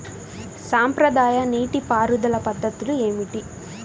సాంప్రదాయ నీటి పారుదల పద్ధతులు ఏమిటి?